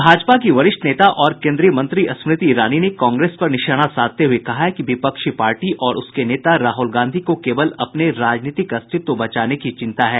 भाजपा की वरिष्ठ नेता और केन्द्रीय मंत्री स्मृति ईरानी ने कांग्रेस पर निशाना साधते हुए कहा है कि विपक्षी पार्टी और उसके नेता राहुल गांधी को केवल अपने राजनीतिक अस्तित्व बचाने की चिंता है